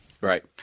Right